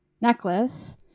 necklace